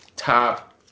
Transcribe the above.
Top